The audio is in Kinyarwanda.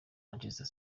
manchester